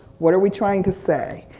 what are we trying to say?